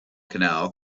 canal